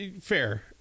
fair